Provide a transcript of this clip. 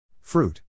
Fruit